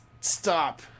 stop